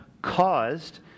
Caused